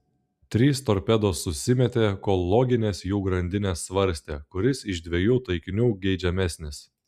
trys torpedos susimėtė kol loginės jų grandinės svarstė kuris iš dviejų taikinių geidžiamesnis